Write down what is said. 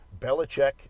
Belichick